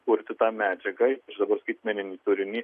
kurti tą medžiagą savo skaitmeninį turinį